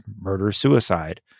murder-suicide